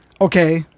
Okay